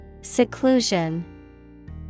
Seclusion